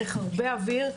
צריך הרבה אוויר,